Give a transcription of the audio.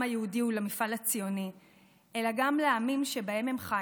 היהודי ולמפעל הציוני אלא גם לעמים שבהם הם חיו.